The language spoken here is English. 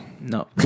No